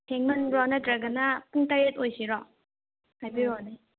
ꯊꯦꯡꯃꯟꯕ꯭ꯔꯣ ꯅꯠꯇ꯭ꯔꯒꯅ ꯄꯨꯡ ꯇꯔꯦꯠ ꯑꯣꯏꯁꯤꯔꯣ ꯍꯥꯏꯕꯤꯔꯛꯑꯣꯅꯦ